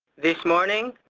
this morning,